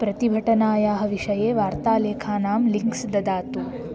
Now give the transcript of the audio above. प्रतिभटनायाः विषये वार्तालेखानां लिङ्क्स् ददातु